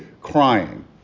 crying